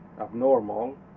abnormal